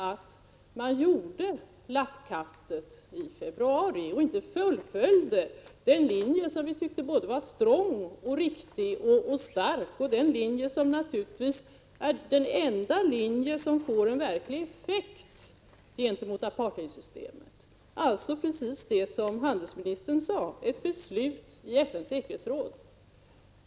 1986/87:129 regeringen gjorde lappkastet i februari och inte fullföljde den linje som vi 22 maj 1987 tyckte var både strong, riktig och stark, den linje som naturligtvis är den enda linje som får en verklig effekt gentemot apartheidsystemet, dvs. precis vad statsrådet talade om, ett beslut i FN:s säkerhetsråd.